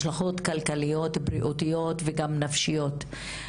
השלכות כלכליות, בריאותיות וגם נפשיות.